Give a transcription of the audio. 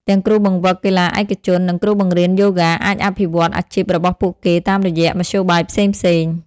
ទាំងគ្រូបង្វឹកកីឡាឯកជន និងគ្រូបង្រ្រៀនយូហ្គាអាចអភិវឌ្ឍអាជីពរបស់ពួកគេតាមរយៈមធ្យោបាយផ្សេងៗ។